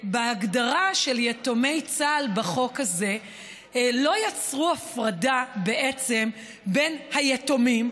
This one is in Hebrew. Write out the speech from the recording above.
בהגדרה של יתומי צה"ל בחוק הזה לא יצרו הפרדה בין היתומים.